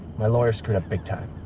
my lawyer screwed up big-time.